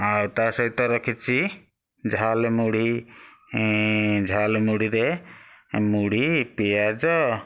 ଆଉ ତା'ସହିତ ରଖିଛି ଝାଲମୁଢ଼ି ଝାଲମୁଢ଼ିରେ ମୁଢ଼ି ପିଆଜ